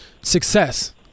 success